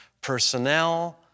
personnel